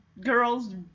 girls